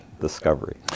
discovery